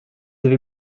avez